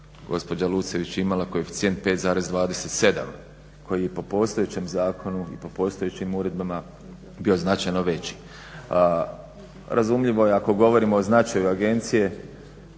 gospođa Lucević imala koeficijent 5,27, koji po postojećem zakonu i po postojećim uredbama bio značajno veći. Razumljivo je ako govorimo o značaju agencije,